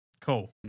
Cool